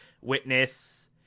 witness